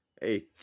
Hey